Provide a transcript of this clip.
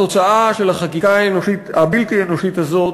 התוצאה של החקיקה הבלתי-אנושית הזאת